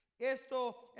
Esto